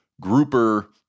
grouper